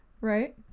Right